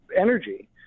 energy